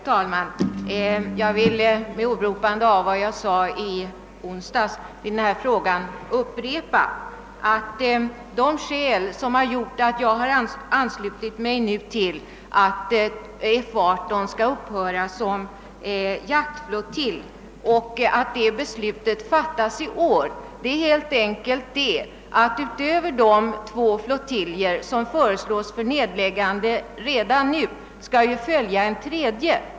Herr talman! Jag vill med åberopande av vad jag sade i onsdags i denna fråga upprepa att skälet till att jag anslutit mig till förslaget om att F 18 skall upphöra som jaktflottilj och att beslut härom skall fattas i år helt enkelt är det, att efter de två flottiljer som föreslås nedläggas redan nu kommer att följa en tredje.